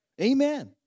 Amen